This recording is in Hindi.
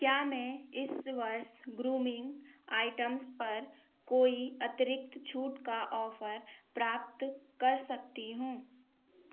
क्या मैं इस वर्ष ग्रूमिंग आइटम्स पर कोई अतिरिक्त छूट का ऑफ़र प्राप्त कर सकता सकती हूँ